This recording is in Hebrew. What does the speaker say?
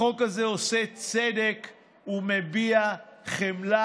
החוק הזה עושה צדק ומביע חמלה.